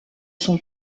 son